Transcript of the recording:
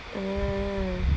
ah